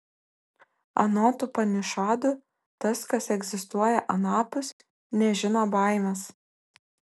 anot upanišadų tas kas egzistuoja anapus nežino baimės